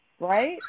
right